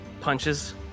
punches